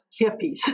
hippies